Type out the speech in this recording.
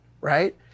right